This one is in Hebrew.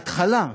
ההתחלה,